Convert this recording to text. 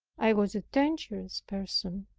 i was a dangerous person,